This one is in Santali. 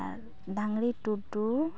ᱫᱷᱟᱝᱲᱤ ᱴᱩᱰᱩ